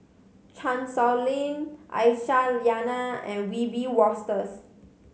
Chan Sow Lin Aisyah Lyana and Wiebe Wolters